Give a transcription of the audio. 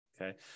Okay